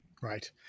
Right